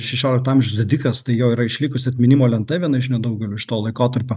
šešiolikto amžiaus didikas tai jo yra išlikusi atminimo lenta viena iš nedaugelio iš to laikotarpio